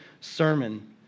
sermon